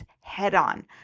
head-on